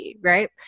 right